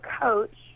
Coach